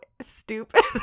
stupid